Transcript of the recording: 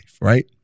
Right